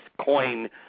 coin